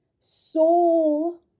soul